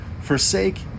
Forsake